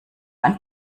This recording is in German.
ein